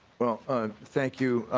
ah thank you